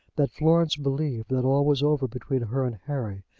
that florence believed that all was over between her and harry,